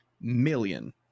million